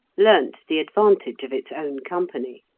learnt the advantage of its own company.